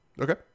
Okay